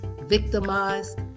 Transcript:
victimized